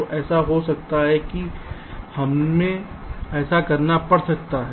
तो ऐसा हो सकता है कि हमें ऐसा करना पड़ सकता है